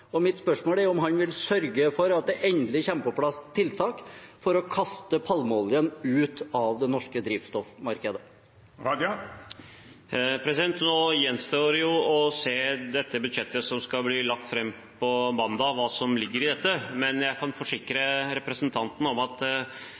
statsbudsjettet. Mitt spørsmål er om han vil sørge for at det endelig kommer på plass tiltak for å kaste palmeoljen ut av det norske drivstoffmarkedet. Nå gjenstår det å se hva som ligger i budsjettet som skal bli lagt fram på mandag, men jeg kan forsikre